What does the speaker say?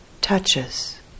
touches